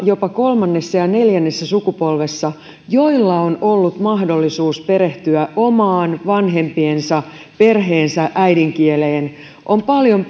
jopa kolmannessa ja neljännessä sukupolvessa niillä lapsilla joilla on ollut mahdollisuus perehtyä omaan vanhempiensa perheensä äidinkieleen on paljon